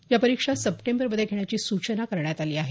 या परीक्षा सप्टेंबरमध्ये घेण्याची सूचना देण्यात आली आहे